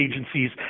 agencies